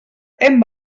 hem